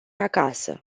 acasă